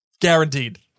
Guaranteed